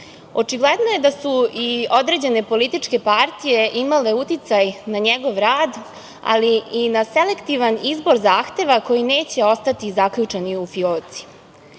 Očigledno je da su i određene političke partije imale uticaj na njegov rad, ali i na selektivan izbor zahteva koji neće ostati zaključani u